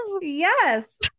Yes